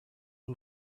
who